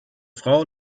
frau